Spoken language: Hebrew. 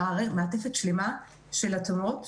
מעטפת שלמה של התאמות,